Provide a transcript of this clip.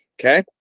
okay